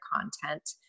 content